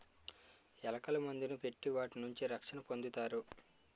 ఎలకల మందుని పెట్టి వాటి నుంచి రక్షణ పొందుతారు